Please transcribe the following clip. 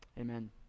Amen